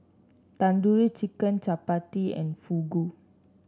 Tandoori Chicken Chapati and Fugu